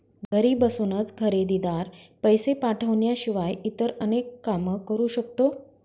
घरी बसूनच खरेदीदार, पैसे पाठवण्याशिवाय इतर अनेक काम करू शकतो